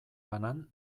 banan